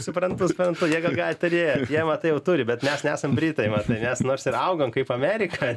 suprantu suprantu jie gal ką ir turėjo jie matai jau turi bet mes nesam britai vat mes nors ir augam kaip amerika